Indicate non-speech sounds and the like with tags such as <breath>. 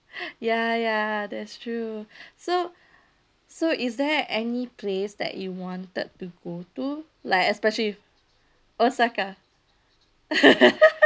<breath> ya ya that's true <breath> so so is there any place that you wanted to go to like especially osaka <laughs>